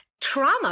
trauma